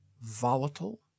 volatile